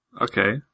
Okay